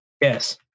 Yes